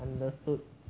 understood